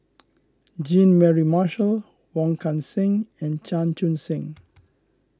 Jean Mary Marshall Wong Kan Seng and Chan Chun Sing